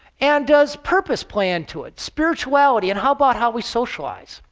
and does purpose play into it? spirituality? and how about how we socialize?